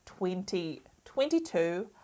2022